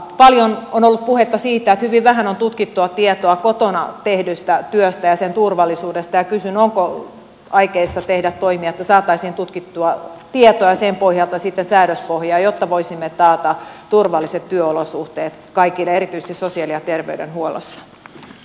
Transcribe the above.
paljon on ollut puhetta siitä että hyvin vähän on tutkittua tietoa kotona tehdystä työstä ja sen turvallisuudesta ja kysyn onko aikeissa tehdä toimia että saataisiin tutkittua tietoa ja sen pohjalta sitten säädöspohjaa jotta voisimme taata turvalliset työolosuhteet kaikille erityisesti sosiaali ja terveydenhuollossa